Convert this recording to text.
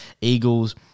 Eagles –